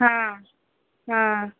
हँ हँ